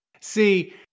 See